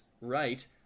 right